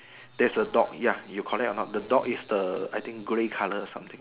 there is a dog ya you correct or not the dog is the I think grey color something